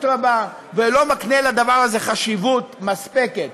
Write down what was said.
רבה ולא מקנה לדבר הזה חשיבות מספקת.